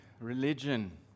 religion